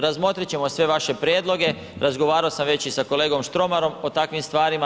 Razmotrit ćemo sve vaše prijedloge, razgovarao sam već i sa kolegom Štromarom o takvim stvarima.